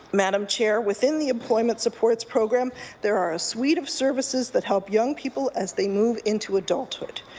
madam chair, within the employment supports program there are a suite of services that help young people as they move into adulthood.